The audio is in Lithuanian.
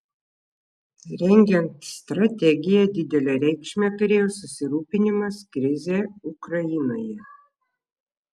rengiant strategiją didelę reikšmę turėjo susirūpinimas krize ukrainoje